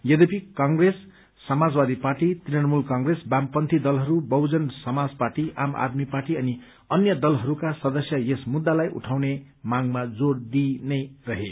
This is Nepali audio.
यद्यपि कंग्रेस समाजवादी पार्टी तृणमूल कंग्रेस वामपन्थी दलहरू बहुजन समाज पार्टी आम आदमी पार्टी अनि अन्य दलहरूका सदस्य यस मुद्दालाई उठाउने मागमा जोर दिइनै रहे